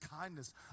kindness